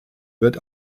wird